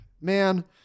man